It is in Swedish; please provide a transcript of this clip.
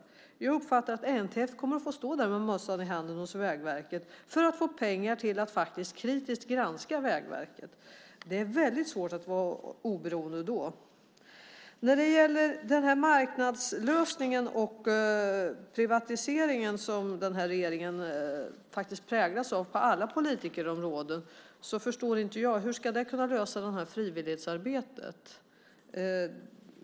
Jag har uppfattat att NTF kommer att få stå med mössan i handen hos Vägverket för att få pengar till att kritiskt granska Vägverket. Det är väldigt svårt att vara oberoende då. När det gäller marknadslösningen och privatiseringen som den här regeringen präglas av på alla politikområden förstår inte jag hur det ska kunna lösa frivilligarbetet.